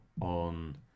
on